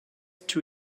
too